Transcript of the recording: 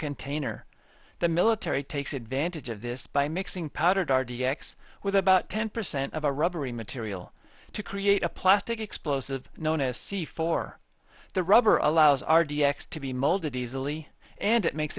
container the military takes advantage of this by mixing powdered r d x with about ten percent of a rubbery material to create a plastic explosive known as c four the rubber allows r d x to be molded easily and it makes